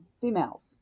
females